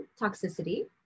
toxicity